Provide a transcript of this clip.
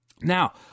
Now